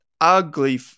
ugly